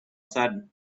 said